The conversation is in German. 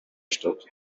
statt